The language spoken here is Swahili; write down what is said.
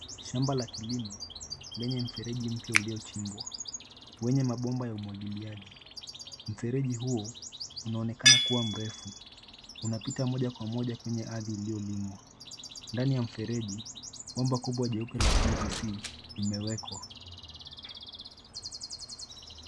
Shamba la kilimo lenye mfereji mpya uliombwa, wenye mabomba ya umwagiliaji. Mfereji huu unaonekana kua mrefu. Unapita moja kwa moja kwenye ardhi iliyolimwa. Ndani ya mfereji, bomba kubwa jeupe la [ PVC] limewekwa.